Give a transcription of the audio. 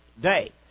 day